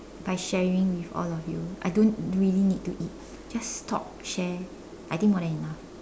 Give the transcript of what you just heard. by sharing with all of you I don't really need to eat just talk share I think more than enough